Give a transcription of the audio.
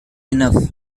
enough